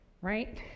right